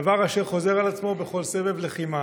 דבר אשר חוזר על עצמו בכל סבב לחימה.